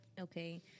okay